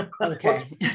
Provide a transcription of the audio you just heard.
Okay